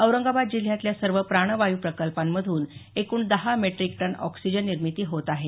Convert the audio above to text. औरंगाबाद जिल्ह्यातल्या सर्व प्राणवायू प्रकल्पांमधून एकूण दहा मेट्रिक टन ऑक्सिजन निर्मिती होत आहे